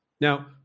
Now